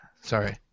sorry